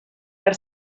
per